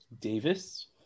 Davis